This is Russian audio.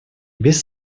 без